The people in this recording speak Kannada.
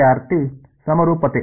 ವಿದ್ಯಾರ್ಥಿ ಸಮರೂಪತೆ